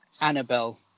Annabelle